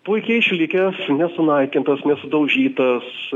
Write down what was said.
puikiai išlikęs nesunaikintas nesudaužytas